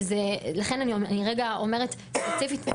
לכן אני רגע אומרת ספציפית.